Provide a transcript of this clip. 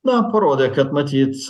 na parodė kad matyt